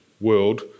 world